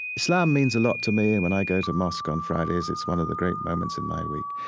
islam means a lot to me and when i go to mosque on fridays, it's one of the great moments in my week.